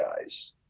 guys